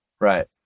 Right